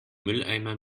mülleimer